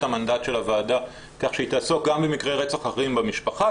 המנדט של הוועדה כך שהיא תעסוק במקרי רצח אחרים במשפחה,